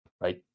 right